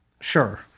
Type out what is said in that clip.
Sure